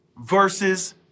versus